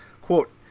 Quote